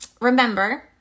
Remember